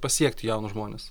pasiekti jaunus žmones